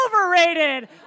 overrated